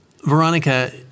Veronica